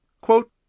Quote